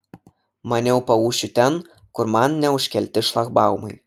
maniau paūšiu ten kur man neužkelti šlagbaumai